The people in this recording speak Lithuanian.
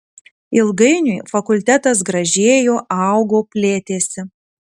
ilgainiui fakultetas gražėjo augo plėtėsi